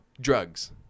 drugs